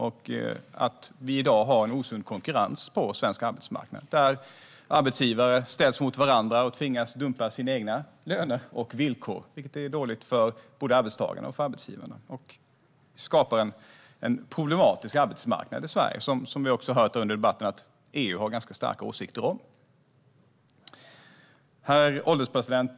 Vi har i dag en osund konkurrens på den svenska arbetsmarknaden där arbetsgivare ställs mot varandra och tvingas att dumpa sina egna löner och villkor, vilket är dåligt för både arbetstagarna och arbetsgivarna. Det skapar en problematisk arbetsmarknad i Sverige, något som vi under debatten har hört att EU har ganska starka åsikter om. Herr ålderspresident!